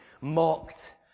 Mocked